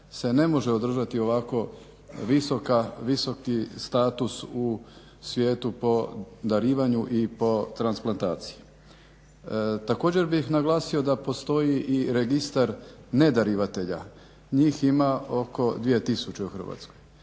se ne može održati ovako visoki status u svijetu po darivanju i po transplantaciji. Također bih naglasio da postoji i registar ne darivatelja, njih ima oko 2000 u Hrvatskoj.